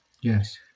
Yes